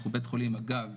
אנחנו בית חולים אגב,